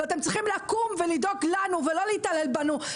ואתם צריכים לקום ולדאוג לנו ולא להתעלל בנו.